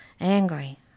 angry